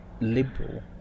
liberal